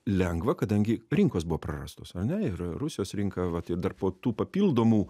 lengva kadangi rinkos buvo prarastos ar ne ir rusijos rinka vat ir dar po tų papildomų